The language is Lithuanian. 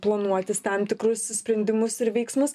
planuotis tam tikrus sprendimus ir veiksmus